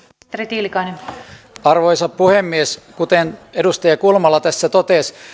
arvoisa puhemies kuten edustaja kulmala tässä totesi